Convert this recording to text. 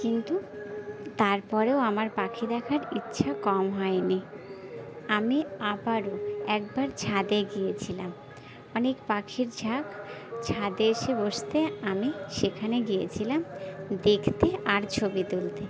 কিন্তু তারপরেও আমার পাখি দেখার ইচ্ছা কম হয় নি আমি আবারও একবার ছাদে গিয়েছিলাম অনেক পাখির ঝাঁক ছাদে এসে বসতে আমি সেখানে গিয়েছিলাম দেখতে আর ছবি তুলতে